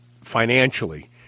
financially